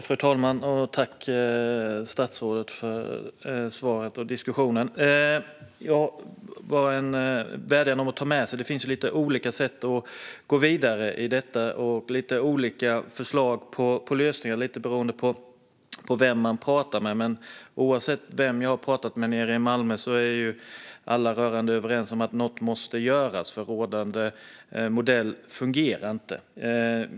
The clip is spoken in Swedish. Fru talman! Tack, statsrådet, för svaret och diskussionen! Jag har bara en vädjan om att statsrådet ska ta med sig detta. Det finns ju lite olika sätt att gå vidare och lite olika förslag på lösningar beroende på vem man pratar med. Men oavsett vem jag har pratat med nere i Malmö är alla rörande överens om att något måste göras, för rådande modell fungerar inte.